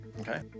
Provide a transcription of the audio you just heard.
Okay